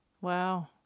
Wow